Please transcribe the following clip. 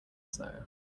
snow